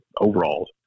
overalls